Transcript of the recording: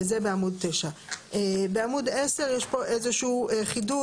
זה בעמוד 9. בעמוד 10 יש פה איזשהו חידוד